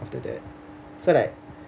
after that so like